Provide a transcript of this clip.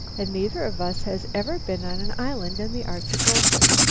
and neither of us has ever been on an island in the arctic ocean!